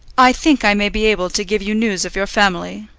i think i may be able to give you news of your family,